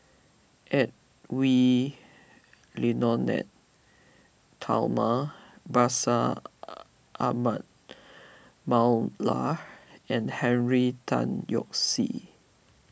Edwy Lyonet Talma Bashir Ahmad Mallal and Henry Tan Yoke See